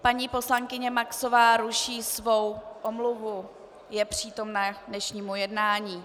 Paní poslankyně Maxová ruší svou omluvu, je přítomna dnešnímu jednání.